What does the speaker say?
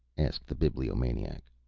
asked the bibliomaniac.